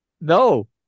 No